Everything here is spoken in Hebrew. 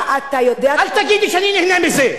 אתה יודע טוב, אל תגידי שאני נהנה מזה.